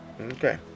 okay